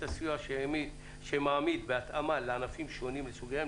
הסיוע שמעמיד בהתאמה לענפים שונים לסוגיהם,